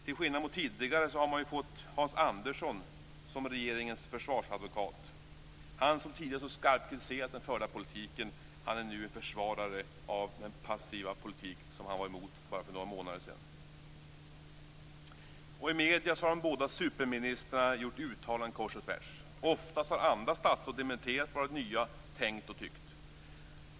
Till skillnad mot tidigare har man fått Hans Andersson som regeringens försvarsadvokat. Han, som tidigare så skarpt kritiserade den förda politiken, är nu en försvarare av den passiva politik som han var emot för bara några månader sedan. I medierna har de båda "superministrarna" gjort uttalanden kors och tvärs. Oftast har andra statsråd dementerat vad de nya tänkt och tyckt.